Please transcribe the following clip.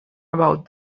about